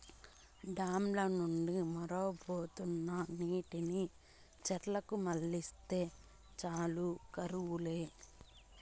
dam ల నుండి మొరవబోతున్న నీటిని చెర్లకు మల్లిస్తే చాలు కరువు లే